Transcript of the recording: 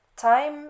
Time